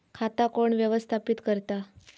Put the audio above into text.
खाता कोण व्यवस्थापित करता?